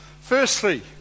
Firstly